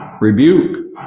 Rebuke